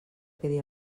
quedi